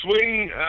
swing